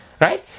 right